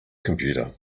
computer